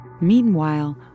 Meanwhile